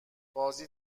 بازی